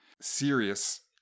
serious